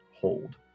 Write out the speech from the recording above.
hold